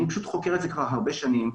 אני פשוט חוקר את זה כבר הרבה שנים,